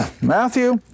Matthew